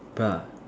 bra